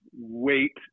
wait